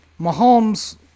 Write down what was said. Mahomes